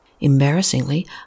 embarrassingly